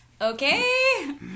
Okay